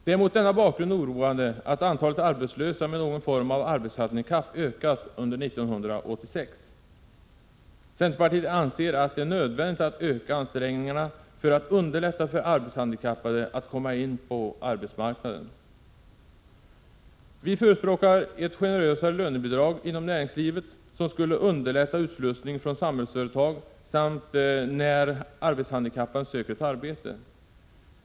Det är mot denna bakgrund oroande att antalet arbetslösa med någon form av arbetshandikapp ökat under 1986. Centerpartiet anser att det är nödvändigt att öka ansträngningarna för att underlätta för arbetshandikappade att komma in på arbetsmarknaden. Vi förespråkar ett generösare lönebidrag inom näringslivet, vilket skulle underlätta utslussningen från Samhällsföretag och när arbetshandikappade söker ett arbete.